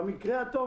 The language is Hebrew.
במקרה הטוב,